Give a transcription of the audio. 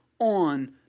on